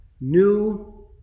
new